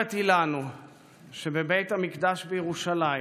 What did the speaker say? מסורת היא לנו שבבית המקדש בירושלים